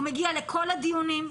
הוא מגיע לכל הדיונים,